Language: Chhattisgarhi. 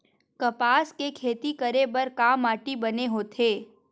कपास के खेती करे बर का माटी बने होथे?